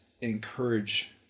encourage